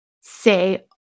say